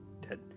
Dead